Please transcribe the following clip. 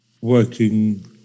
working